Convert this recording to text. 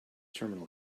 terminal